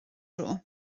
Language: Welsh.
dro